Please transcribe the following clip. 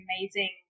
amazing